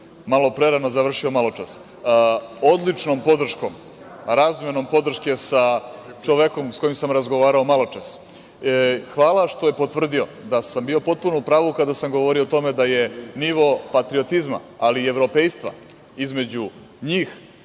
malo prerano završio maločas. Odličnom podrškom, razmenom podrške sa čovekom sa kojim sam razgovarao maločas, hvala što je potvrdio da sam bio potpuno u pravu kada sam govorio o tome da je nivo patriotizma ali i evropejstva između njih